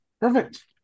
Perfect